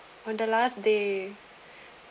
on the last day